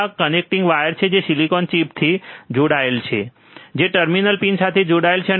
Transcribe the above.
આ connecting wire છે જે સિલિકોન ચિપથી જોડાયેલા છે જે ટર્મિનલ પિન સાથે જોડાયેલ છે